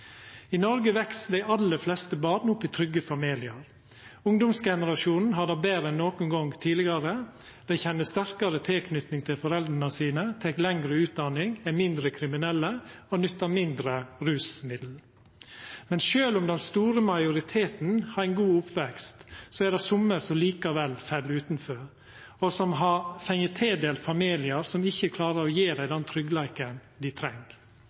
I Noreg veks dei aller fleste barn opp i trygge familiar. Ungdomsgenerasjonen har det betre no en nokon gong tidlegare. Dei kjenner ei sterkare tilknyting til foreldra sine, tek lengre utdanning, er mindre kriminelle og nyttar mindre rusmiddel. Men sjølv om den store majoriteten har ein god oppvekst, er det somme som likevel fell utanfor, og som har fått tildelt familiar som ikkje klarar å gje dei den tryggleiken dei treng.